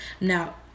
Now